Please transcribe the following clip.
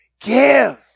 give